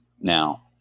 now